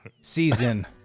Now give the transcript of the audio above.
season